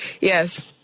Yes